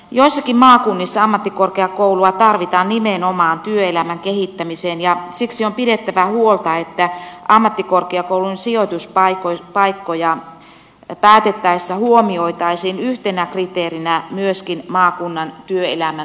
joissakin maakunnissa ammattikorkeakoulua tarvitaan nimenomaan työelämän kehittämiseen ja siksi on pidettävä huolta että ammattikorkeakoulujen sijoituspaikkoja päätettäessä huomioitaisiin yhtenä kriteerinä myöskin maakunnan työelämän tarpeet